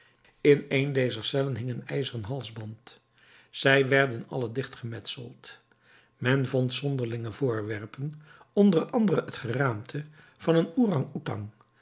in een dezer cellen hing een ijzeren halsband zij werden alle dicht gemetseld men vond zonderlinge voorwerpen onder andere het geraamte van een